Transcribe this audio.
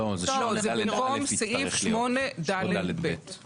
לא, זה במקום סעיף 8ד(ב).